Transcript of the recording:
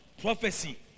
prophecy